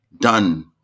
done